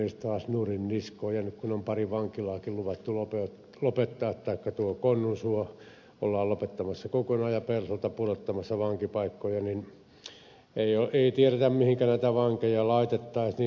ja nyt kun on pari vankilaakin luvattu lopettaa taikka tuo konnunsuo ollaan lopettamassa kokonaan ja pelsolta pudottamassa vankipaikkoja niin ei tiedetä mihinkä näitä vankeja laitettaisiin